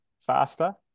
faster